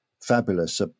fabulous